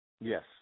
Yes